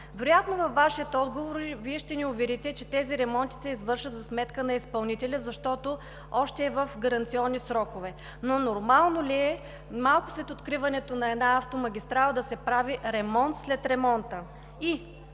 Вероятно във Вашия отговор Вие ще ни уверите, че тези ремонти се извършват за сметка на изпълнителя, защото още е в гаранционни срокове. Нормално ли е малко след откриването на една автомагистрала да се прави ремонт след ремонта?